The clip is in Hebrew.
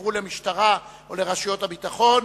שהועברו למשטרה או לרשויות הביטחון,